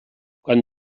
quan